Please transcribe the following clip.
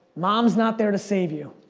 mom's not there to save you.